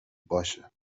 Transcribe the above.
باشه